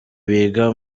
biga